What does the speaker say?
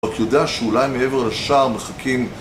אתה יודע שאולי מעבר לשער מחכים...